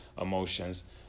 emotions